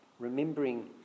remembering